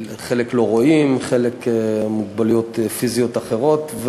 חלק לא רואים, חלק עם מוגבלויות פיזיות אחרות.